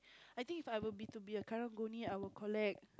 I think If I were be to be a karang-guni I would collect